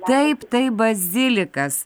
taip tai bazilikas